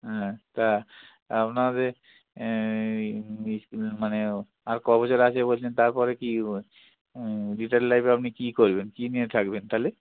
হ্যাঁ তা আপনাদের স্কুলের মানে আর ক বছর আছে তারপর কি রিটায়ার্ড লাইফে আপনি কি করবেন কি নিয়ে থাকবেন তাহলে